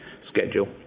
schedule